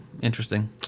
Interesting